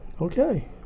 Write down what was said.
okay